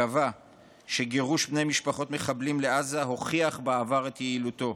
קבע שגירוש בני משפחות מחבלים לעזה הוכיח בעבר את יעילותו.